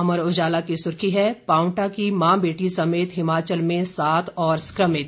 अमर उजाला की सुर्खी है पांवटा की मां बेटी समेत हिमाचल में सात और संक्रमित